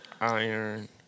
iron